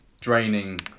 draining